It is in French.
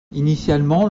initialement